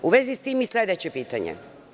U vezi sa tim i sledeće pitanje.